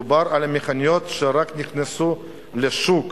מדובר על המכוניות שרק נכנסו לשוק.